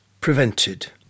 prevented